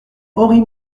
henri